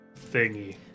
thingy